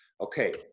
Okay